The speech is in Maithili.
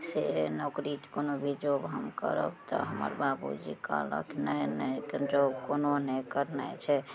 से नौकरी कोनो भी जॉब हम करब तऽ हमर बाबूजी कहलक नहि नहि एखन जॉब कोनो नहि करनाइ छै